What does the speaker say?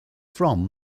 from